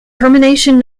termination